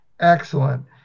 Excellent